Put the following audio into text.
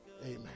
Amen